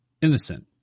innocent